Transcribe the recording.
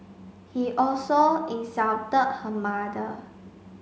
he also insulted her mother